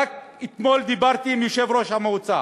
רק אתמול דיברתי עם יושב-ראש המועצה